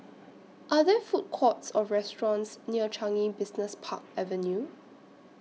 Are There Food Courts Or restaurants near Changi Business Park Avenue